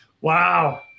Wow